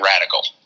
radical